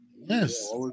Yes